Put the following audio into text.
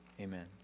amen